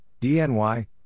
DNY